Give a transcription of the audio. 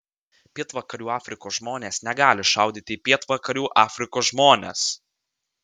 pietvakarių afrikos žmonės negali šaudyti į pietvakarių afrikos žmones